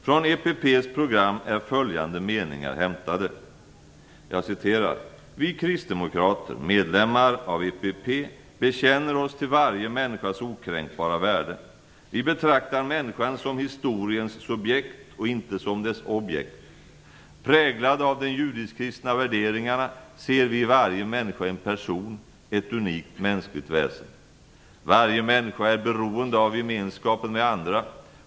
Från EPP:s program är följande meningar hämtade: - Vi kristdemokrater, medlemmar av EPP, bekänner oss till varje människas okränkbara värde. Vi betraktar människan som historiens subjekt och inte som dess objekt. - Präglade av de judisk-kristna värderingarna ser vi i varje människa en person, ett unikt mänskligt väsen. - Varje människa är beroende av gemenskapen med andra.